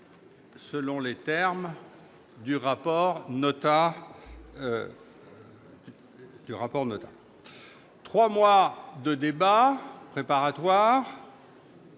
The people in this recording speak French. les termes du rapport Notat. Trois mois de débats préparatoires,